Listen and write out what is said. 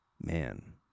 Man